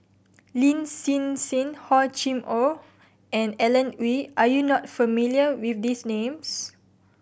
Lin Hsin Hsin Hor Chim Or and Alan Oei are you not familiar with these names